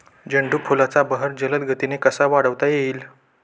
झेंडू फुलांचा बहर जलद गतीने कसा वाढवता येईल?